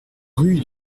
rue